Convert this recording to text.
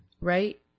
right